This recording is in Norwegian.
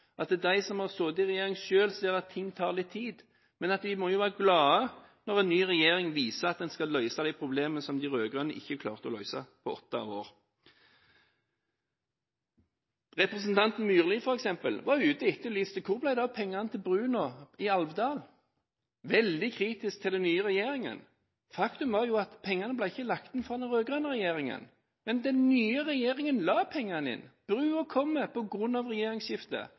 at de som har sittet i regjering selv, ser at ting tar litt tid. Men de må være glade når en ny regjering viser at den skal løse de problemene som de rød-grønne ikke klarte å løse i løpet av åtte år. Representanten Myrli, f.eks., var ute og etterlyste hvor det ble av pengene til broen i Alvdal – veldig kritisk til den nye regjeringen. Faktum var at pengene ble ikke lagt inn av den rød-grønne regjeringen, men den nye regjeringen la pengene inn. Broen kommer – på grunn av regjeringsskiftet.